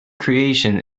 creation